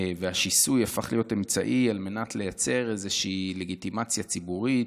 והשיסוי הפך להיות אמצעי על מנת לייצר איזו לגיטימציה ציבורית,